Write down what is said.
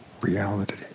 reality